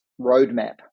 roadmap